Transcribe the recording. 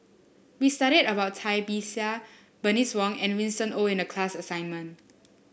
we studied about Cai Bixia Bernice Wong and Winston Oh in the class assignment